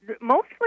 mostly